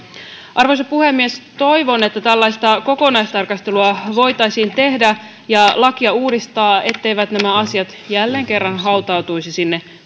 arvoisa puhemies toivon että tällaista kokonaistarkastelua voitaisiin tehdä ja lakia uudistaa etteivät nämä asiat jälleen kerran hautautuisi sinne